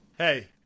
Hey